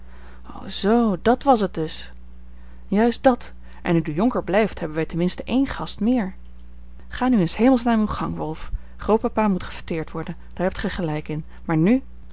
zoo dàt was het dus juist dàt en nu de jonker blijft hebben wij ten minste één gast meer ga nu in s hemels naam uw gang rolf grootpapa moet gefêteerd worden daar hebt gij gelijk in maar nù